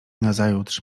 nazajutrz